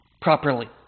properly